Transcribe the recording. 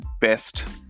best